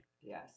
Yes